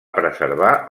preservar